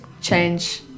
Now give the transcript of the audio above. change